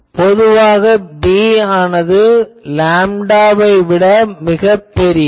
பொதுவாக b ஆனது லேம்டாவை விட மிகப் பெரியது